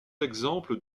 exemples